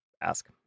ask